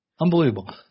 Unbelievable